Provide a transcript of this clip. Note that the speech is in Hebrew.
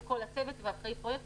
יחד על כל הצוות ואחראי פרויקטים.